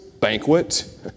banquet